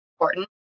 important